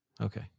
Okay